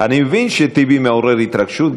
אני מבין שטיבי מעורר התרגשות,